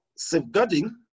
safeguarding